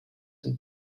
and